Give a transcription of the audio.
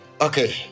Okay